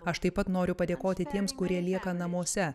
aš taip pat noriu padėkoti tiems kurie lieka namuose